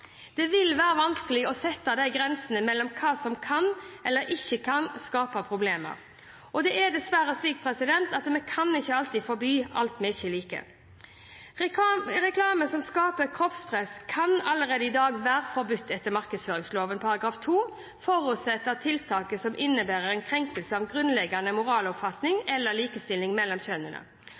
Det vil være vanskelig å sette de grensene mellom hva som kan, eller ikke kan, skape problemer. Det er dessverre slik at vi ikke alltid kan forby alt vi ikke liker. Reklame som skaper kroppspress, kan allerede i dag være forbudt etter markedsføringsloven § 2, forutsatt at tiltaket også innebærer en krenkelse av grunnleggende moraloppfatning eller likestilling mellom kjønnene.